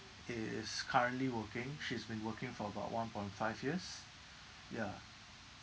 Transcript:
i~ is currently working she's been working for about one point five years yeah